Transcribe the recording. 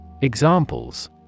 Examples